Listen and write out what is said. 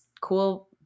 cool